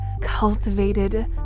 cultivated